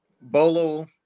Bolo